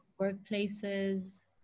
workplaces